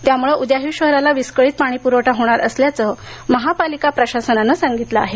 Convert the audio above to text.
त्यामुळे उद्याही शहराला विस्कळीत पाणीपुरवठा होणार असल्याचं महापालिका प्रशासनानं सांगितलं आहे